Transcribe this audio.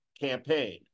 campaign